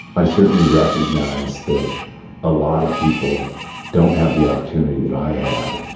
i certainly recognize that a lot of people don't have the opportunity that i had,